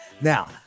Now